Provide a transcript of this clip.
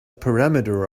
parameter